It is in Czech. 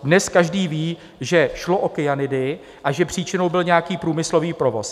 Dnes každý ví, že šlo o kyanidy a že příčinou byl nějaký průmyslový provoz.